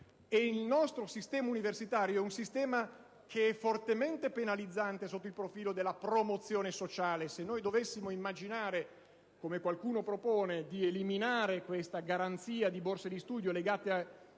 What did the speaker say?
il nostro sistema universitario è fortemente penalizzante sotto il profilo della promozione sociale. Se dovessimo immaginare ‑ come qualcuno propone ‑ di eliminare la garanzia di borse di studio assegnate in